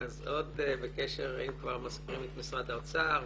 אז עוד בקשר אם כבר מזכירים את משרד האוצר,